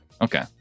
Okay